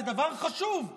זה דבר חשוב,